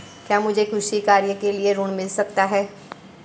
क्या मुझे कृषि कार्य के लिए ऋण मिल सकता है?